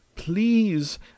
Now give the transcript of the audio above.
Please